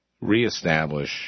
reestablish